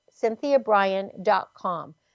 CynthiaBryan.com